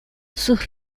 sus